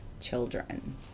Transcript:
children